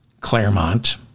Claremont